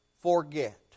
forget